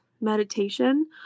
meditation